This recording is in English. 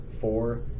four